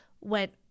went